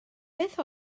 beth